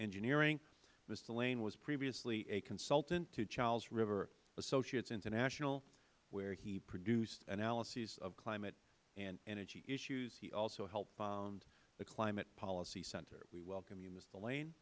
engineering mister lane was previously a consultant to charles river associates international where he produced analyses of climate and energy issues he also helped found the climate policy center we welcome you mister lane